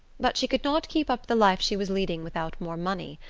but she could not keep up the life she was leading without more money,